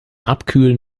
abkühlen